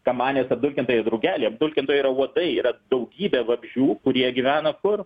kamanės apdulkintojai drugeliai apdulkintojai yra uodai yra daugybė vabzdžių kurie gyvena kur